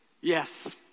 Yes